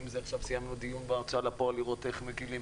עכשיו סיימנו דיון בהוצאה לפועל כדי לראות איך אפשר להקל.